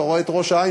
אתה רואה את ראש-העין,